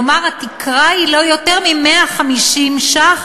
כלומר התקרה היא לא יותר מ-150 ש"ח